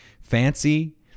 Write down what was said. fancy